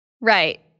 Right